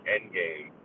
Endgame